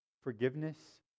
Forgiveness